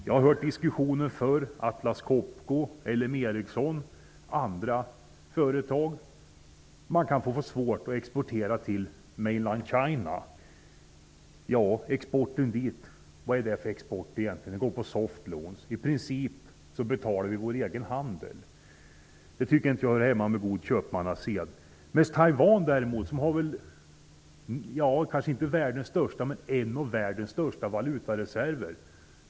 Jag hört diskussionen förr. Atlas Copco, LM Ericsson och andra företag kan kanske få svårt att exportera till ''mainland China''. Men vad är det för export som går dit? Det är en export som bygger på ''soft-loans''. I princip betalar Sverige sin egen handel. Det hör inte hemma hos god köpmannased. Taiwan har däremot en av världens största valutareserver.